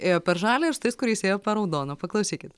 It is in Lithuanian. ėjo per žalią ir su tais kuriais ėjo per raudoną paklausykit